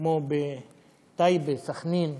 כמו טייבה, סח'נין,